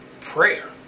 prayer